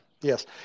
yes